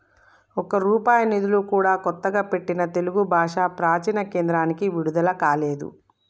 ఒక్క రూపాయి నిధులు కూడా కొత్తగా పెట్టిన తెలుగు భాషా ప్రాచీన కేంద్రానికి విడుదల కాలేదు